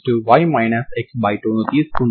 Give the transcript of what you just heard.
దీనిని నేను ఈ ఎనర్జీ ఆర్గ్యుమెంట్ ద్వారా చేశాను